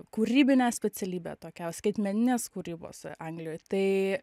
kūrybinę specialybę tokią skaitmeninės kūrybos anglijoj tai